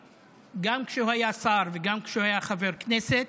וגם כשהוא היה שר וגם כשהוא היה חבר כנסת